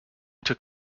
took